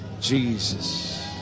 Jesus